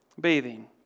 bathing